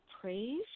Praise